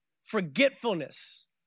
Forgetfulness